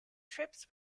trips